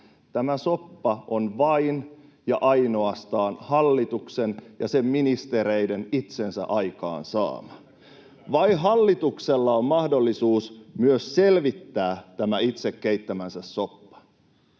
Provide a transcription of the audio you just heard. Tämä soppa on vain ja ainoastaan hallituksen ja sen ministereiden itsensä aikaansaama. Vain hallituksella on mahdollisuus myös selvittää tämä itse keittämänsä soppa.